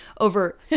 over